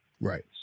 Right